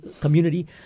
community